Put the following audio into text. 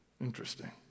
Interesting